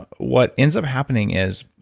what ends up happening is